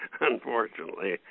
unfortunately